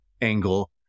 angle